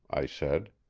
i said.